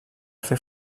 fer